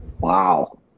wow